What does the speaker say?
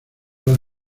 las